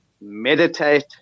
meditate